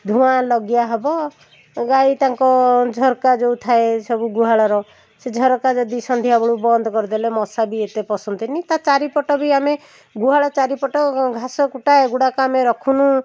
ଧୂଆଁ ଲଗିଆ ହବ ଅ ଗାଈ ତାଙ୍କ ଝରକା ଯେଉଁ ଥାଏ ସବୁ ଗୁହାଳର ସେ ଝରକା ଯଦି ସନ୍ଧ୍ୟାବେଳୁ ବନ୍ଦ କରିଦେଲେ ମଶା ବି ଏତେ ପଶନ୍ତିନି ତା' ଚାରିପଟ ବି ଆମେ ଗୁହାଳ ଚାରିପଟ ଘାସ କୁଟା ଏଗୁଡ଼ାକ ଆମେ ରଖୁନୁ